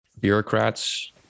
bureaucrats